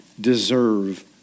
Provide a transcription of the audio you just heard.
deserve